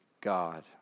God